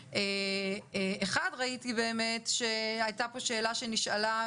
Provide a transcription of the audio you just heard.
וראיתי באמת שהייתה פה שאלה שנשאלה,